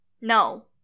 No